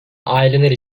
aileler